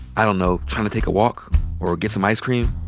i don't know, tryin' to take a walk or get some ice cream.